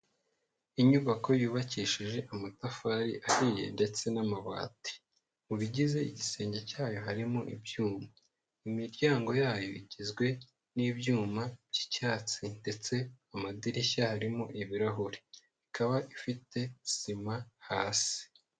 Inyubako yubakishije amatafari ahiye ndetse n'amabati. Mu bigize igisenge cyayo harimo ibyuma. Imiryango yayo igizwe n'ibyuma by'icyatsi, ndetse amadirishya harimo ibirahuri. Ikaba ifite sima hasi.